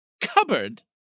cupboard